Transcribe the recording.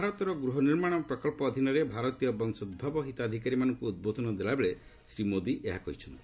ଭାରତର ଗୃହ ନିର୍ମାଣ ପ୍ରକଳ୍ପ ଅଧୀନରେ ଭାରତୀୟ ବଂଶୋଭବ ହିତାଧିକାରୀମାନଙ୍କୁ ଉଦ୍ବୋଧନ ଦେଲାବେଳେ ଶ୍ରୀ ମୋଦି ଏହା କହିଛନ୍ତି